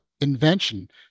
invention